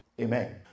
Amen